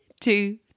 two